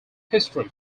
history